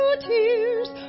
tears